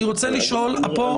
אני